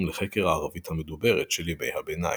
לחקר הערבית המדוברת של ימי הביניים,